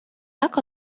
luck